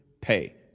pay